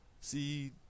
See